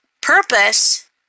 purpose